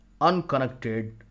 unconnected